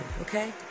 okay